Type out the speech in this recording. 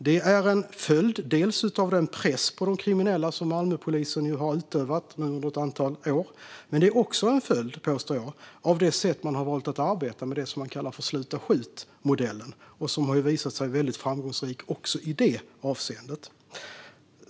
Det är en följd dels av den press på de kriminella som Malmöpolisen har utövat under ett antal år, dels, påstår jag, av det sätt man har valt att arbeta på, alltså det man kallar för Sluta skjut-modellen. Den har visat sig väldigt framgångsrik.